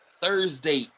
Thursday